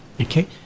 Okay